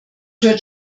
hört